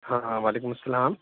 ہاں ہاں وعلیکم السلام